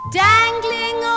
dangling